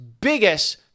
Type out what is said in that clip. biggest